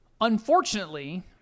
Unfortunately